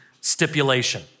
stipulation